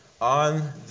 on